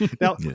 now